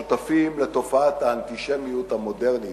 שותפים לתופעת האנטישמיות המודרנית.